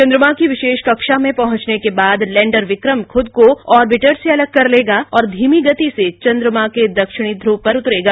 चंद्रमा की विशेष कक्षा में पहुंचने के बाद लैंडर विक्रम खुद को ऑर्बिटर से अलग कर लेगा और धीमी गति से चंद्रमा के दक्षिणी ध्रुव पर उतरेगा